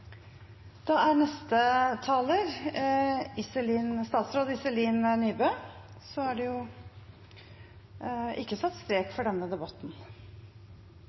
Neste taler er statsråd Iselin Nybø. Og det er ikke satt strek for denne debatten.